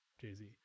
jay-z